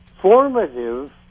formative